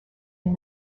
and